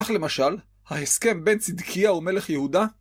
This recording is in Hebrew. אך למשל, ההסכם בין צדקייה ומלך יהודה?